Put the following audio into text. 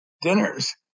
dinners